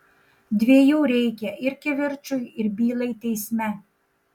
dviejų reikia ir kivirčui ir bylai teisme